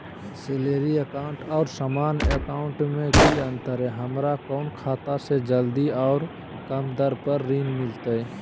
Salary account और सामान्य account मे की अंतर है हमरा कौन खाता से जल्दी और कम दर पर ऋण मिलतय?